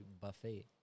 buffet